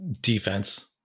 Defense